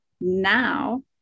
now